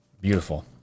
beautiful